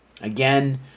Again